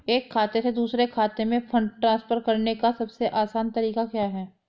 एक खाते से दूसरे खाते में फंड ट्रांसफर करने का सबसे आसान तरीका क्या है?